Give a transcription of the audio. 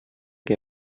què